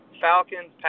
Falcons